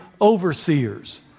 overseers